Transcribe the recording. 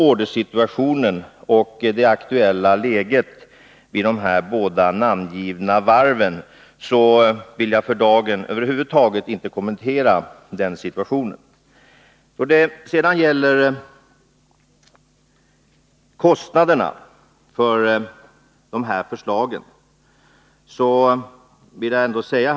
Ordersituationen och det aktuella läget vid de båda namngivna varven vill jag för dagen över huvud taget inte kommentera. Då det gäller kostnaden för att genomföra de här förslagen vill jag säga följande.